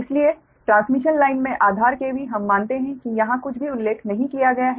इसलिए transmission line में आधार KV हम मानते हैं कि यहां कुछ भी उल्लेख नहीं किया गया है